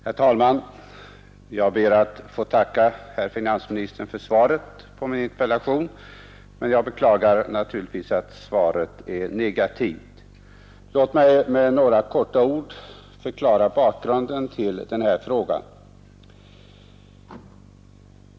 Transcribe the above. Herr talman! Jag ber att få tacka herr finansministern för svaret på min interpellation, men jag beklagar naturligtvis att det är negativt. Låt mig med några ord förklara bakgrunden till denna fråga.